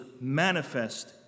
manifest